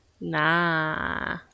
Nah